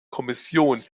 kommission